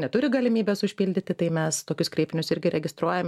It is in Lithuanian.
neturi galimybės užpildyti tai mes tokius kreipinius irgi registruojam